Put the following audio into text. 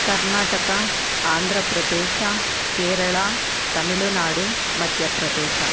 Karnataka Andhra Pradesh Kerala Tamil Nadu Madhya Pradesh